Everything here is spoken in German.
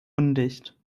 undicht